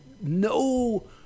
no